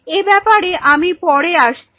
এ ব্যাপারে আমি পরে আসছি